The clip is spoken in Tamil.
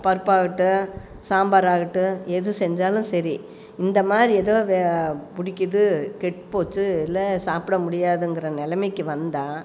பருப்பாகட்டும் சாம்பார் ஆகட்டும் எது செஞ்சாலும் சரி இந்த மாதிரி எதுவும் வே பிடிக்கிது கெட்டு போச்சு இல்லை சாப்பிட முடியாதுங்கிற நிலமக்கி வந்தால்